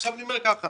עכשיו אני אומר ככה,